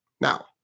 Now